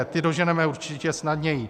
Ty doženeme určitě snadněji.